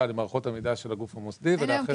למערכות המידע של הגוף המוסדי ולאחר לא.